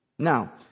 Now